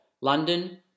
London